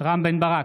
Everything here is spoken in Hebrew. רם בן ברק,